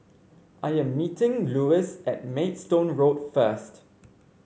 I am meeting Luis at Maidstone Road first